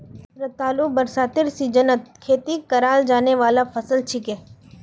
रतालू बरसातेर सीजनत खेती कराल जाने वाला फसल छिके